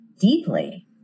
deeply